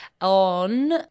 on